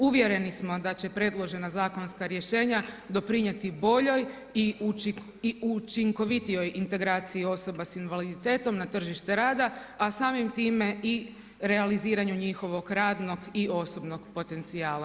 Uvjereni smo da će preložena zakonska rješenja doprinijeti boljoj i učinkovitijoj integraciji osoba sa invaliditetom na tržište rada a samim time i realiziranju njihovog radnog i osobnog potencijala.